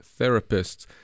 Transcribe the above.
therapists